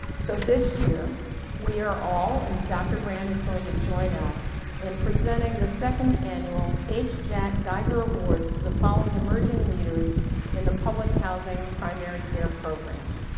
so this year we are all and dr. brand is going to join us in presenting the second annual h. jack. geiger awards to the following emerging leaders in the public housing primary care programs.